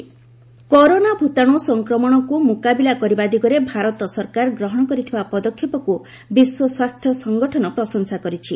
ନ୍ଦୁ corona ଭୂତାଣୁ ସଂକ୍ରମଣକୁ ମୁକାବିଲା କରିବା ଦିଗରେ ଭାରତ ସରକାର ଗ୍ରହଣ କରିଥିବା ପଦକ୍ଷେପକୁ ବିଶ୍ୱ ସ୍ୱାସ୍ଥ୍ୟ ସଂଗଠନ ପ୍ରଶଂସା କରିଛି